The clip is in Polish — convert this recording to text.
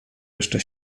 jeszcze